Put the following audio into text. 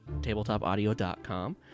tabletopaudio.com